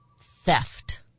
theft